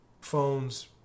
phones